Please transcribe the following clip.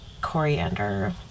coriander